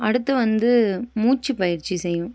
அடுத்து வந்து மூச்சுப் பயிற்சி செய்வோம்